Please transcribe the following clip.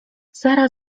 sara